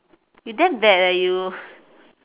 you damn bad leh you